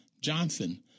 Johnson